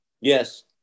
Yes